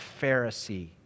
Pharisee